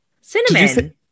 Cinnamon